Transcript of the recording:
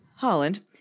Holland